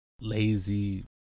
lazy